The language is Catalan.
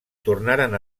tornaren